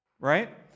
right